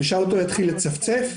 שהאוטו יתחיל לצפצף?